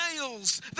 Nails